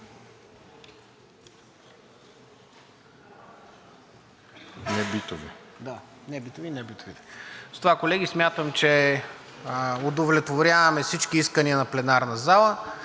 думата „небитови" и „небитовите“. С това, колеги, смятам, че удовлетворяваме всички искания на пленарната зала.